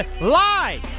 lie